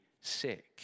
sick